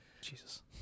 Jesus